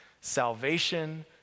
salvation